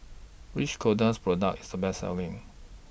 Which Kordel's Product IS The Best Selling